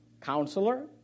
Counselor